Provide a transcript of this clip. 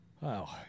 Wow